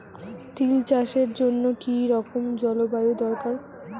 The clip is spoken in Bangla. তিল চাষের জন্য কি রকম জলবায়ু দরকার?